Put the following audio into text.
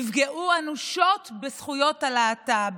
יפגעו אנושות בזכויות הלהט"ב,